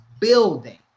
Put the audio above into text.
building